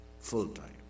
full-time